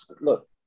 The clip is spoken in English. Look